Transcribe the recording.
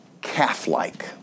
Calf-like